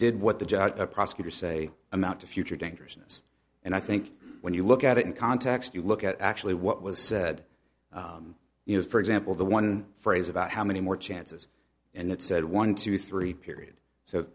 did what the judge prosecutor say amount to future dangerousness and i think when you look at it in context you look at actually what was said you know for example the one phrase about how many more chances and it said one two three period so